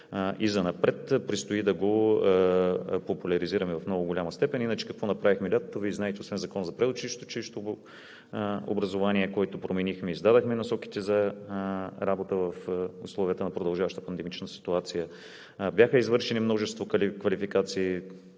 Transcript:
и занапред. Предстои да го популяризираме в много голяма степен. Какво направихме през лятото? Вие знаете, че освен Законът за предучилищното и училищното образование, който променихме, издадохме насоките за работа в условията на продължаваща пандемична ситуация. Бяха извършени множество квалификации.